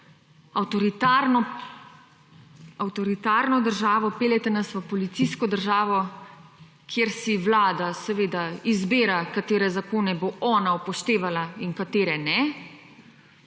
avtoritarno državo, peljete nas v policijsko državo, kjer si Vlada, seveda, izbira, katere zakone bo ona upoštevala in katere ne,